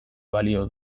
balio